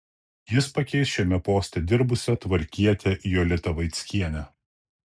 jis pakeis šiame poste dirbusią tvarkietę jolitą vaickienę